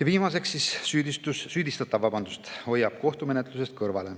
Ja viimaseks, süüdistatav hoiab kohtumenetlusest kõrvale.